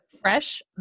fresh